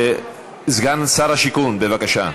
סגן שר השיכון, בבקשה.